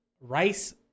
Rice